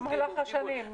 עובדים במהלך השנים.